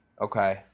Okay